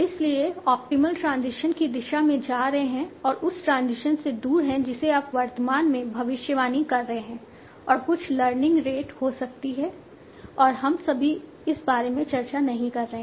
इसलिए optimal transition की दिशा में जा रहे हैं और उस ट्रांजिशन से दूर हैं जिसे आप वर्तमान में भविष्यवाणी कर रहे हैं और कुछ लर्निंग रेट हो सकती है और हम अभी इस बारे में चर्चा नहीं कर रहे हैं